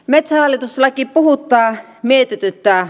metsähallitus laki puhuttaa mietityttää